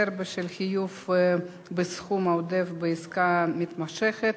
(החזר בשל חיוב בסכום עודף בעסקה מתמשכת),